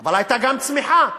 אבל הייתה גם צמיחה.